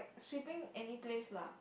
sweeping any place lah